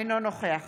אינו נוכח